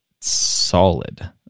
solid